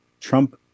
Trump